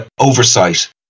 oversight